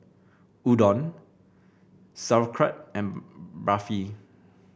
Udon Sauerkraut and Barfi